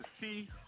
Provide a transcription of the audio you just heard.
see